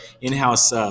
in-house